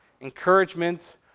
encouragement